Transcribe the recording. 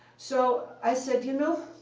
so i said, you know,